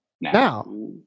Now